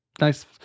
nice